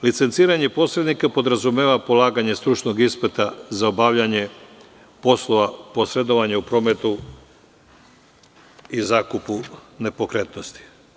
Licenciranje posrednika podrazumeva polaganje stručnog ispita za obavljanje poslova posredovanja u prometu i zakupu nepokretnosti.